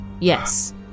Yes